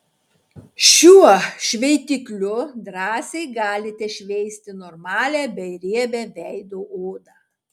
šiuo šveitikliu drąsiai galite šveisti normalią bei riebią veido odą